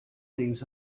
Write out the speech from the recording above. things